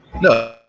no